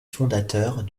fondateurs